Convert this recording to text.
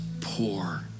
poor